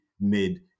made